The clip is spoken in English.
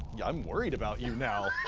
yeah i'm worried about you now.